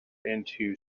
into